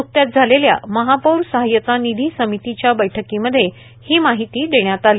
नुकत्याच झालेल्या महापौर सहायता निधी समितीच्या बैठकीमध्ये ही माहिती देण्यात आली